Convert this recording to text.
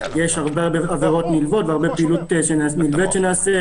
יש הרבה עבירות נלוות והרבה פעילות נלוות שנעשית,